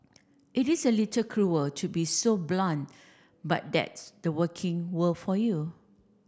it is a little cruel to be so blunt but that's the working world for you